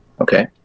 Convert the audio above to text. okay